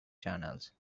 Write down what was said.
channels